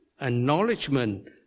acknowledgement